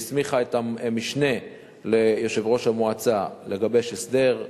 שהסמיכה את המשנה ליושב-ראש המועצה לגבש הסדר.